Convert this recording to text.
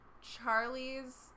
Charlie's